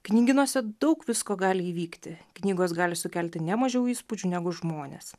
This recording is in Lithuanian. knygynuose daug visko gali įvykti knygos gali sukelti ne mažiau įspūdžių negu žmonės